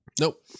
Nope